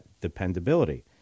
dependability